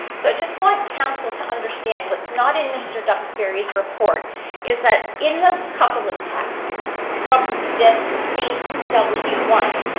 so i just want council to understand what's not in mr. duxbury's report is that in those couple of texts from this saint, w one,